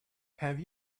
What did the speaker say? have